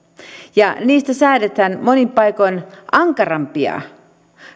ja niistä säädetään monin paikoin ankarampia